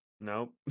Nope